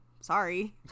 sorry